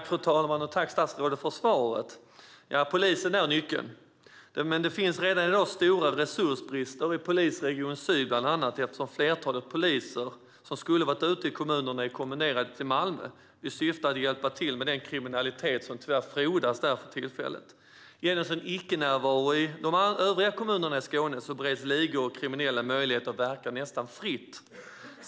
Fru talman! Tack, statsrådet, för svaret! Ja, polisen är nyckeln. Men det finns redan i dag stora resursbrister i bland annat Polisregion syd eftersom ett flertal poliser som skulle ha varit ute i kommunerna nu är kommenderade till Malmö för att hjälpa till med att bekämpa den kriminalitet som tyvärr frodas där för tillfället. Genom polisens icke-närvaro i de övriga kommunerna ges ligor och kriminella möjlighet att verka nästan fritt.